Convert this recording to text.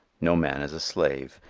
no man is a slave.